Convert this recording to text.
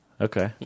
Okay